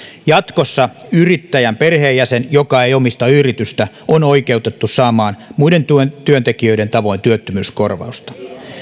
jatkossa yrittäjän perheenjäsen joka ei omista yritystä on oikeutettu saamaan muiden työntekijöiden tavoin työttömyyskorvausta